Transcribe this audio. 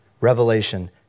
Revelation